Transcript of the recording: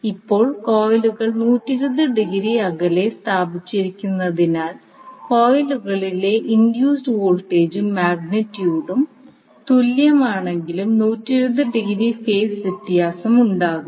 ഇപ്പോൾ കോയിലുകൾ 120 ഡിഗ്രി അകലെ സ്ഥാപിച്ചിരിക്കുന്നതിനാൽ കോയിലുകളിലെ ഇൻഡ്യൂസ്ഡ് വോൾട്ടേജും മാഗ്നിറ്റ്യൂഡിൽ തുല്യമാണെങ്കിലും 120 ഡിഗ്രി ഫേസ് വ്യത്യാസമുണ്ടാകും